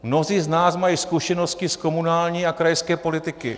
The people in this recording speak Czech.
Mnozí z nás mají zkušenosti z komunální a krajské politiky.